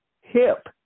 hip